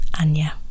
Anya